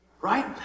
right